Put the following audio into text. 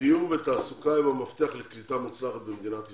דיור ותעסוקה הם המפתח לקליטה מוצלחת במדינת ישראל.